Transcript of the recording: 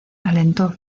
alentó